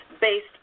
based